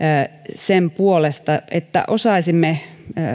sen puolesta että osaisimme